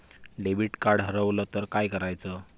Debit card हरवल तर काय करायच?